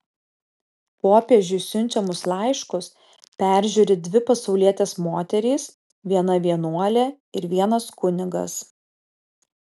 popiežiui siunčiamus laiškus peržiūri dvi pasaulietės moterys viena vienuolė ir vienas kunigas